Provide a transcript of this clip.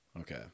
Okay